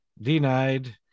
Denied